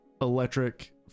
electric